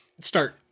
Start